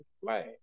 flag